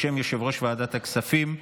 בשם יושב-ראש ועדת הכספים,